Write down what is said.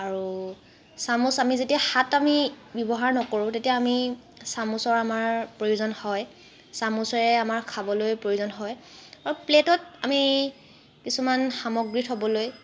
আৰু চামুচ আমি যেতিয়া হাত আমি ব্যৱহাৰ নকৰোঁ তেতিয়া আমি চামুচৰ আমাৰ প্ৰয়োজন হয় চামুচেৰে আমাৰ খাবলৈ প্ৰয়োজন হয় আৰু প্লে'টত আমি কিছুমান সামগ্ৰী থ'বলৈ